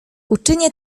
uczynię